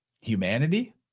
humanity